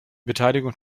beteiligung